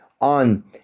on